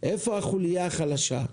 איפה החולייה החלשה,